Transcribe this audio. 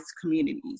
communities